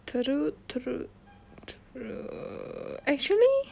actually